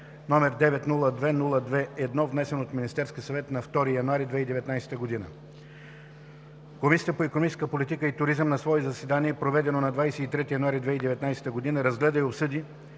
№ 902-02-1, внесен от Министерския съвет на 2 януари 2019 г. Комисията по икономическа политика и туризъм на свое заседание, проведено на 23 януари 2019 г., разгледа и обсъди